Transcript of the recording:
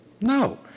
No